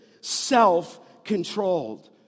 self-controlled